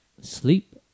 sleep